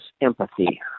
empathy